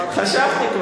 חשבתי,